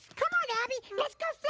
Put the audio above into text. come on abby, let's go so